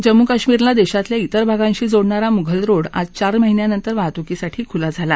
जम्मू कश्मिरला देशातल्या विर भागाशी जोडणारा मुघल रोड आज चार महिन्यानंतर वाहतुकीसाठी खुला झाला